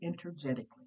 energetically